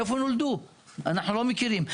אנחנו לא מכירים.